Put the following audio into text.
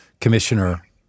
commissioner